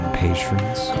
patrons